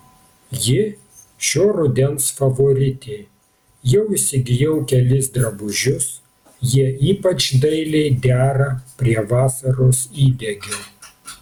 ji šio rudens favoritė jau įsigijau kelis drabužius jie ypač dailiai dera prie vasaros įdegio